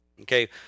okay